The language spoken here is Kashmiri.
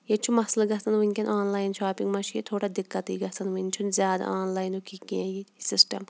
ییٚتہِ چھُ مسلہٕ گژھان وٕنکٮ۪ن آنلاین شاپِنٛگ منٛز چھِ ییٚتہِ تھوڑا دقتٕے گژھان وٕنہِ چھُنہٕ زیادٕ آنلاینُک یہِ کینٛہہ یہِ سِسٹَم